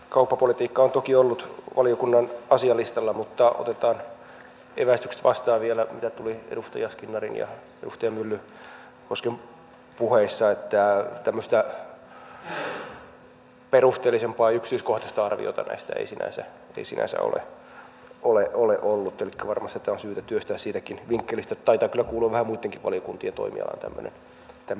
kauppapolitiikka on toki ollut valiokunnan asialistalla mutta otetaan vielä vastaan evästykset mitä tuli edustaja skinnarin ja edustaja myllykosken puheissa että tämmöistä perusteellisempaa ja yksityiskohtaista arviota näistä ei sinänsä ole ollut elikkä varmasti tätä on syytä työstää siitäkin vinkkelistä taitaa kyllä kuulua vähän muittenkin valiokuntien toimialaan tämmöinen arvio